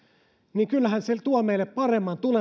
niin kyllähän se tuo meille paremman